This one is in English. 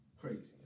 Crazy